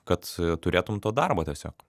kad turėtum to darbo tiesiog